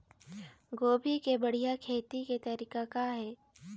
गोभी के बढ़िया खेती के तरीका का हे?